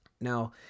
Now